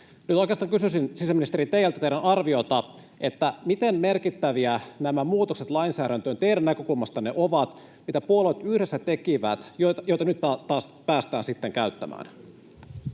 Nyt oikeastaan kysyisin, sisäministeri, teiltä teidän arviotanne: miten merkittäviä teidän näkökulmastanne ovat nämä muutokset lainsäädäntöön, mitä puolueet yhdessä tekivät ja joita nyt taas päästään sitten käyttämään?